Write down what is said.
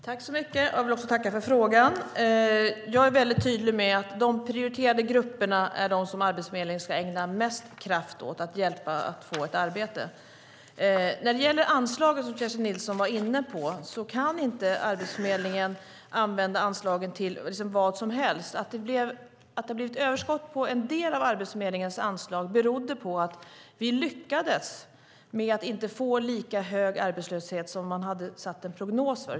Herr talman! Jag vill tacka för frågan. Jag är väldigt tydlig med att de prioriterade grupperna är de som Arbetsförmedlingen ska ägna mest kraft åt att hjälpa att få ett arbete. När det gäller anslagen som Kerstin Nilsson var inne på kan inte Arbetsförmedlingen använda anslagen till vad som helst. Att det har blivit överskott på en del av Arbetsförmedlingens anslag berodde på att vi lyckades med att inte få lika hög arbetslöshet som man hade gjort en prognos för.